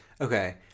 Okay